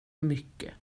mycket